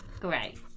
Great